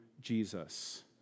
Jesus